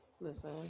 Listen